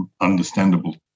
understandable